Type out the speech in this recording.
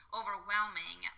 overwhelming